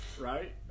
right